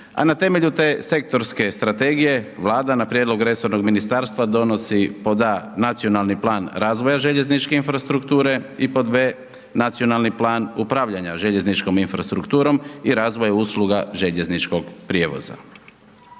a na temelju te sektorske strategije Vlada na prijedlog resornog ministarstva donosi, pod a) nacionalni plan razvoja željezničke infrastrukture i pod b) nacionalni plan upravljanja željezničkom infrastrukturom i razvoja usluga željezničkog prijevoza.